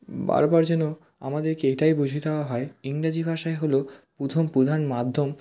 বার বার যেন আমাদেরকে এটাই বুঝিয়ে দেওয়া হয় ইংরাজি ভাষাই হলো প্রথম প্রধান মাধ্যম